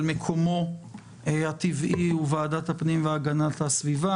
שמקומו הטבעי של החוק הוא ועדת הפנים והגנת הסביבה.